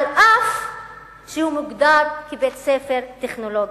אף שהוא מוגדר כבית-ספר טכנולוגי.